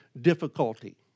difficulty